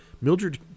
Mildred